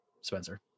Spencer